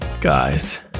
guys